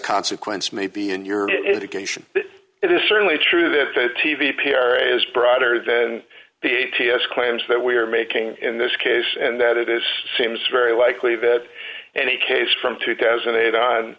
consequence may be in your indication it is certainly true that the t v p r is broader than the a t s claims that we are making in this case and that it is seems very likely that any case from two thousand and eight on